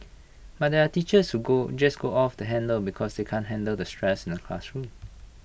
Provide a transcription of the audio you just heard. but there are teachers who go just go off the handle because they can't handle the stress in the classroom